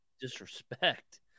Disrespect